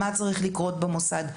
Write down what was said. מה צריך לקרות במוסד.